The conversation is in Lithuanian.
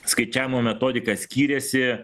skaičiavimo metodika skyrėsi